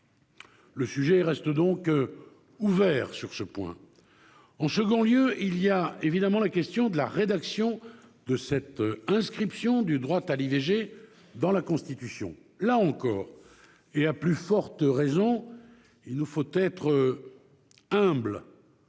Le sujet reste donc ouvert sur ce point. Par ailleurs se pose bien évidemment la question de la rédaction de cette inscription du droit à l'IVG dans la Constitution. Là encore, et à plus forte raison, il nous faut être humbles